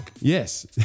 Yes